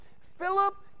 Philip